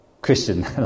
Christian